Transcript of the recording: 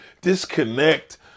disconnect